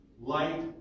Light